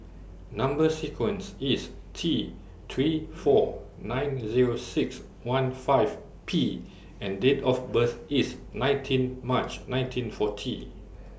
Number sequence IS T three four nine Zero six one five P and Date of birth IS nineteen March nineteen forty